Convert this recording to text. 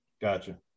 Gotcha